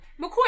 McCoy